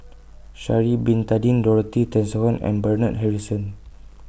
Shari Bin Tadin Dorothy Tessensohn and Bernard Harrison